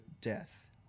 death